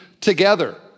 together